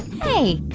hey,